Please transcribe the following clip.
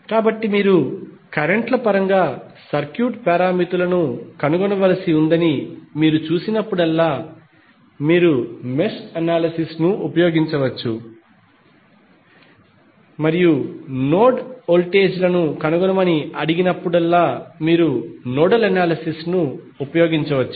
కాబట్టి మీరు కరెంట్ ల పరంగా సర్క్యూట్ పారామితులను కనుగొనవలసి ఉందని మీరు చూసినప్పుడల్లా మీరు మెష్ అనాలిసిస్ ను ఉపయోగించవచ్చు మరియు నోడ్ వోల్టేజ్ లను కనుగొనమని అడిగినప్పుడు మీరు నోడల్ అనాలిసిస్ ను ఉపయోగించవచ్చు